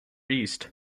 east